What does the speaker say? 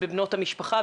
בבנות המשפחה,